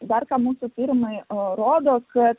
dar ką mūsų tyrimai rodo kad